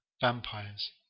vampires